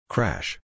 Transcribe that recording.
Crash